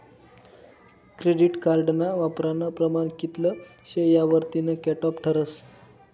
credit कार्डना वापरानं प्रमाण कित्ल शे यावरतीन कटॉप ठरस